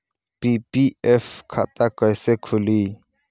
PPF खाता कैसे खुली?